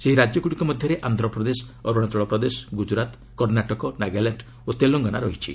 ସେହି ରାକ୍ୟଗୁଡ଼ିକ ମଧ୍ୟରେ ଆନ୍ଧ୍ରପ୍ରଦେଶ ଅରୁଣାଚଳ ପ୍ରଦେଶ ଗୁଜରାତ କର୍ଣ୍ଣାଟକ ନାଗାଲାଣ୍ଡ ଓ ତେଲଙ୍ଗାନା ରହିଛି